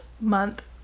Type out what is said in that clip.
month